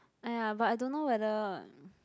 !aiya! but I don't know whether